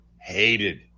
hated